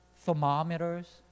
thermometers